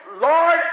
Lord